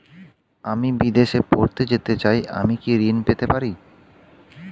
আমি বিদেশে পড়তে যেতে চাই আমি কি ঋণ পেতে পারি?